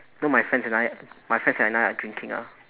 you know my friends and I my friends and I are drinking ah